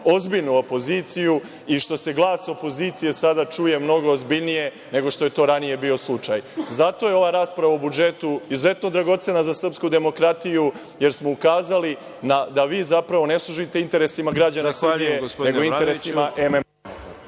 ozbiljnu opoziciju i što se glas opozicije sada čuje mnogo ozbiljnije, nego što je to ranije bio slučaj. Zato je ova rasprava o budžetu izuzetno dragocena za srpsku demokratiju, jer smo ukazali da vi ne služiti interesima građana Srbije, nego interesima MMF-a.